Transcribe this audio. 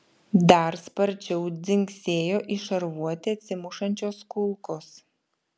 dar sparčiau dzingsėjo į šarvuotį atsimušančios kulkos